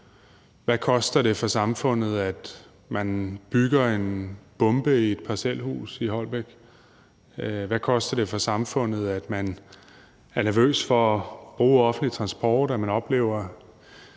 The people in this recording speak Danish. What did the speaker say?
Hvad koster det for samfundet, at man bygger en bombe i et parcelhus i Holbæk? Hvad koster det for samfundet, at man er nervøs for at bruge offentlig transport,